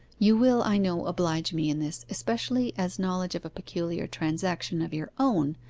you will, i know, oblige me in this, especially as knowledge of a peculiar transaction of your own,